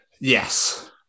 Yes